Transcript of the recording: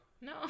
No